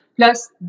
Plus